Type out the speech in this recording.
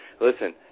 Listen